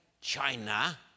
China